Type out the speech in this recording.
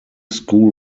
school